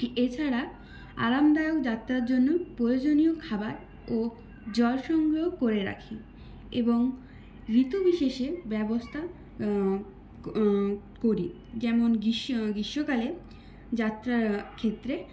এছাড়া আরামদায়ক যাত্রার জন্য প্রয়োজনীয় খাবার ও জল সংগ্রহ করে রাখি এবং ঋতু বিশেষে ব্যবস্থা করি যেমন গ্রীষ্মকালে যাত্রার ক্ষেত্রে